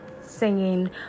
singing